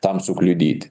tam sukliudyti